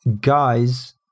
guys